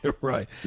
Right